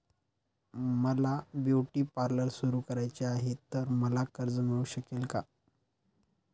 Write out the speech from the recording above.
मला beauty parlour सुरू करायचे आहे तर मला कर्ज मिळू शकेल का?